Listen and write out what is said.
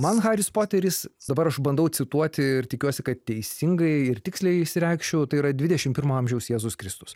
man haris poteris dabar aš bandau cituoti ir tikiuosi kad teisingai ir tiksliai išsireikšiu tai yra dvidešim pirmo amžiaus jėzus kristus